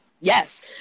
Yes